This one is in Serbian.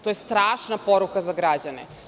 To je strašna poruka za građane.